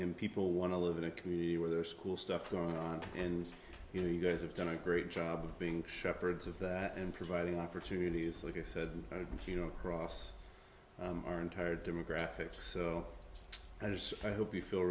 in people want to live in a community where there are school stuff going on and you know you guys have done a great job being shepherds of that and providing opportunities like i said you know cross our entire demographic so i just i hope you feel